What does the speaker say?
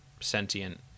sentient